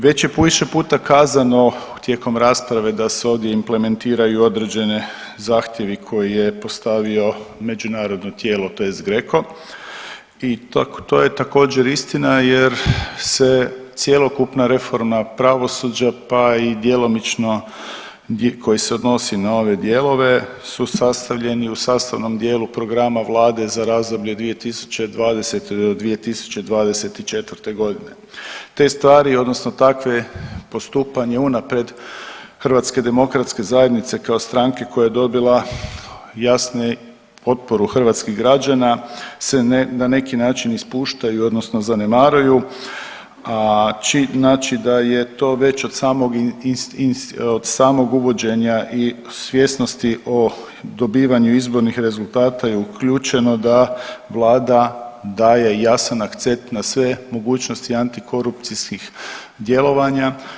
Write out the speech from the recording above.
Već je više puta kazano tijekom rasprave da se ovdje implementiraju određeni zahtjevi koje je postavio međunarodno tijelo tj. GRECO i to je također istina jer se cjelokupna reforma pravosuđa pa i djelomično koji se odnosi na ove dijelove su stavljeni u sastavnom dijelu programa vlade za razdoblje 2020.-2024.g. Te stvari odnosno takva postupanje unapred HDZ-a kao strane koja je dobila jasne potporu hrvatskih građana se na neki način ispuštaju odnosno zanemaruju, a znači da je to već od samog uvođenja i svjesnosti o dobivanju izbornih rezultata je uključeno da vlada daje jasan akcent na svet mogućnosti antikorupcijskih djelovanja.